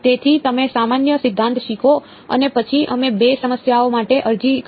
તેથી તમે સામાન્ય સિદ્ધાંત શીખો અને પછી અમે બે સમસ્યાઓ માટે અરજી કરી